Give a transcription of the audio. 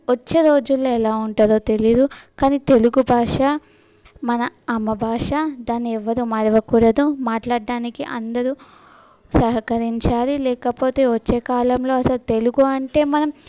వొచ్చే రోజుల్లో ఎలా ఉంటాదో తెలియదు కానీ తెలుగు భాష మన అమ్మ భాష దాన్ని ఎవ్వరు మరవకూడదు మాట్లాడడానికి అందరూ సహకరించాలి లేకపోతే వచ్చే కాలంలో అసలు తెలుగు అంటే మనం